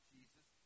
Jesus